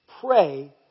pray